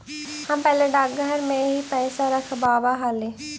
हम पहले डाकघर में ही पैसा रखवाव हली